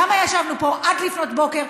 למה ישבנו פה עד לפנות בוקר,